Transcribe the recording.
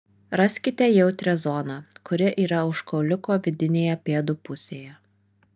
raskite jautrią zoną kuri yra už kauliuko vidinėje pėdų pusėje